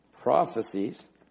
Prophecies